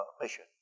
mission